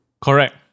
Correct